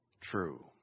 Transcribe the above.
true